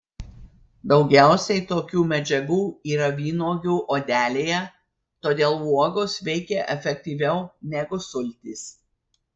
daugiausiai tokių medžiagų yra vynuogių odelėje todėl uogos veikia efektyviau negu sultys